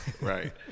right